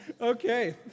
Okay